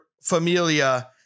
familia